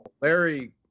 Larry